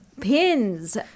pins